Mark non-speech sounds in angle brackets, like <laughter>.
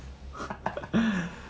<laughs>